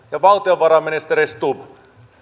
valtiovarainministeri stubb